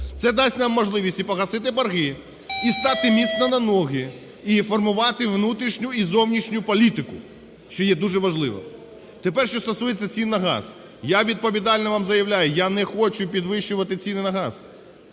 Це дасть нам можливість і погасити борги, і стати міцно на ноги, і формувати внутрішню і зовнішню політику, що є дуже важливо. Тепер, що стосується цін на газ. Я відповідально вам заявляю, я не хочу підвищувати ціни на газ,